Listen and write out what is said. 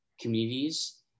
communities